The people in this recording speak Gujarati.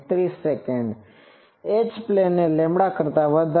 H પ્લેન એ કરતા વધારે છે